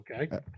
Okay